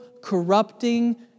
corrupting